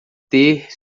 ter